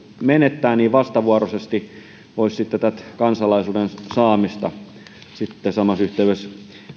menettää niin vastavuoroisesti voisi sitten kansalaisuuden saamista samassa yhteydessä